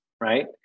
right